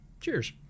Cheers